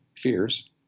fears